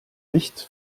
nicht